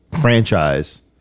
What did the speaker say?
franchise